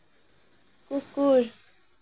কুকুৰ